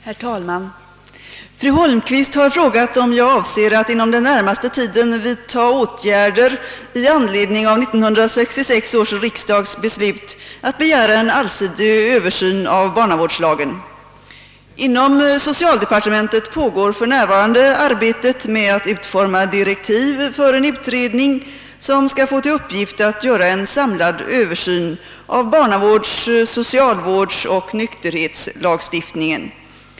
Herr talman! Fru Holmqvist har frågat, om jag avser att inom den närmaste tiden vidta åtgärder i anledning av 1966 års riksdags beslut att begära en allsidig översyn av barnavårdslagen. Inom socialdepartementet pågår för närvarande arbetet med att utforma direktiv för en utredning som skall få till uppgift att göra en samlad översyn av barnavårds-, socialvårdsoch nykterhetslagstiftningen.